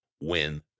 win